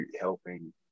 helping